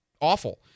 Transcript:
awful